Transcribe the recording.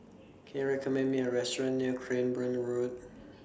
Can YOU recommend Me A Restaurant near Cranborne Road